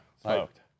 Smoked